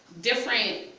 different